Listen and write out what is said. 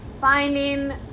Finding